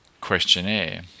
questionnaire